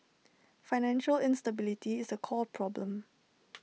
financial instability is the core problem